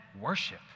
worship